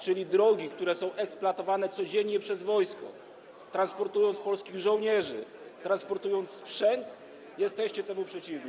czyli drogi, które są eksploatowane codziennie przez wojsko transportujące polskich żołnierzy, transportujące sprzęt, jesteście temu przeciwni.